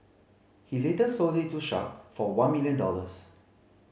he later sold it to Sharp for one million dollars